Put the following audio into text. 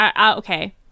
Okay